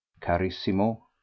Carissimo